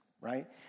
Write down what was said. right